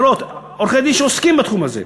עורכי-דין שעוסקים בתחום הזה.